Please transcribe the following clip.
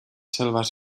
selvas